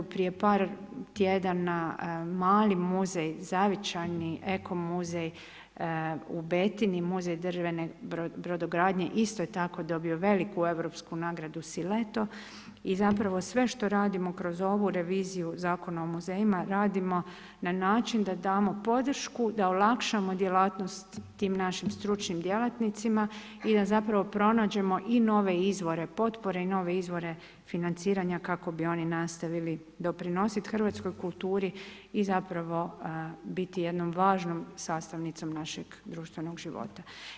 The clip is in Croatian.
Prije par tjedana mali muzej, zavičajni eko-muzej u Betini, Muzej drvene brodogradnje isto je tako dobio veliku europsku nagradu Sileto i zapravo sve što radimo kroz ovu reviziju Zakonom o muzejima, radimo na način da damo podršku da olakšamo djelatnost tim našim stručnim djelatnicima i da zapravo pronađemo i nove izvore potpore i nove izvore financiranja kako bi oni nastavili doprinositi hrvatskoj kulturi i zapravo biti jednom važnom sastavnicom našeg društvenog života.